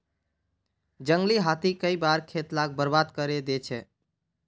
जंगली हाथी कई बार खेत लाक बर्बाद करे दे छे